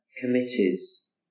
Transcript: committees